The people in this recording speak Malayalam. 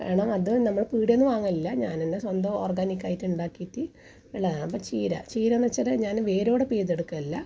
കാരണം അത് നമ്മൾ പീടിയയിൽ നിന്ന് വാങ്ങലില്ല ഞാൻ തന്നെ സ്വന്തം ഓർഗാനിക്കായിട്ട് ഉണ്ടാക്കിയിട്ട് ഉള്ളതാണ് അപ്പം ചീര ചീര എന്നു വെച്ചാൽ ഞാൻ വേരോടെ പിഴുതെടുക്കുകയല്ല